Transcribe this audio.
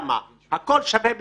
הכל שווה בשווה,